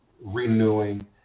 renewing